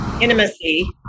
intimacy